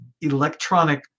electronic